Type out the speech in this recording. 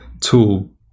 tool